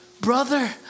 brother